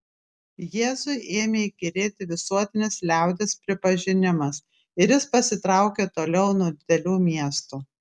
jėzui ėmė įkyrėti visuotinis liaudies pripažinimas ir jis pasitraukė toliau nuo didelių miestų